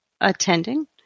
attending